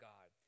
God